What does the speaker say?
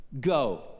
Go